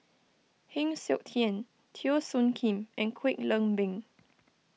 Heng Siok Tian Teo Soon Kim and Kwek Leng Beng